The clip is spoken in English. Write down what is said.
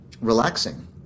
relaxing